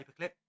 Paperclip